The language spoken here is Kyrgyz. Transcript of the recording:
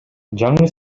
жаңы